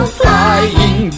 flying